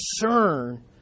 concern